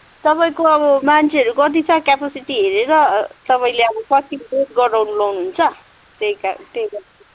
तपाईँको अब मान्छेहरू कति छ क्यापेसिटी हेरेर तपाईँले अब कति वेट गराउनु लाउनुहुन्छ त्यही का त्यही